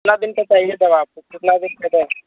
कितने दिन की चाहिए दवा आपको कितने दिन की दें